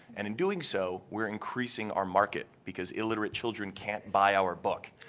and in doing so, we're increasing our market because illiterate children can't buy our book.